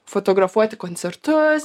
fotografuoti koncertus